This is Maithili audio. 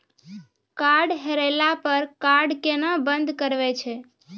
कार्ड हेरैला पर कार्ड केना बंद करबै छै?